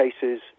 cases